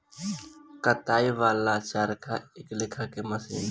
कताई वाला चरखा एक लेखा के मशीन ह